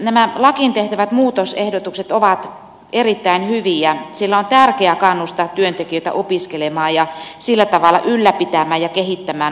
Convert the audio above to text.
nämä lakiin tehtävät muutosehdotukset ovat erittäin hyviä sillä on tärkeää kannustaa työntekijöitä opiskelemaan ja sillä tavalla ylläpitämään ja kehittämään ammattitaitoaan